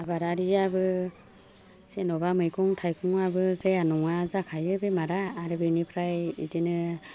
आबादारिआबो जेन'बा मैगं थायगंआबो जाया नङा जाखायो बेमारा आरो बेनिफ्राय बिदिनो